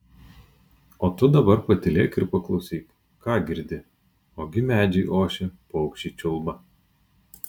o tu dabar patylėk ir paklausyk ką girdi ogi medžiai ošia paukščiai čiulba